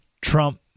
Trump